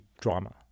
drama